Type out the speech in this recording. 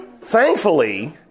Thankfully